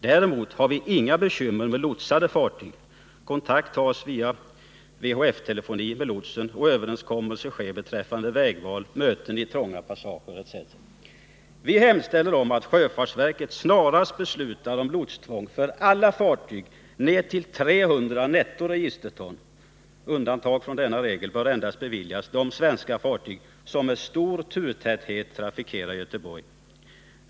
Däremot har vi inga bekymmer med lotsade fartyg. Kontakt tas via VHF med lotsen, och överenskommelse sker beträffande vägval, möten i trånga passager etc. Vi hemställer om att Sjöfartsverket snarast beslutar om lotstvång för alla fartyg ner till 300 NRT. Undantag från denna regel bör endast beviljas de svenska fartyg, som med stor turtäthet trafikerar Göteborg.